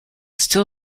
still